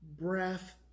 breath